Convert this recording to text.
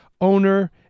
owner